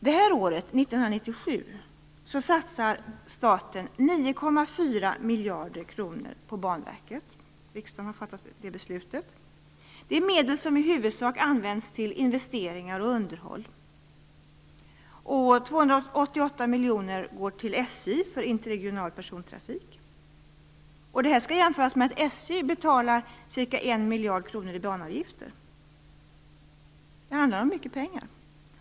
Det här året, 1997, satsar staten 9,4 miljarder kronor på Banverket. Riksdagen har fattat det beslutet. Det är medel som i huvudsak används till investeringar och underhåll. 288 miljoner går till SJ för interregional persontrafik. Detta skall jämföras med att SJ betalar ca 1 miljard kronor i banavgifter. Det handlar om mycket pengar.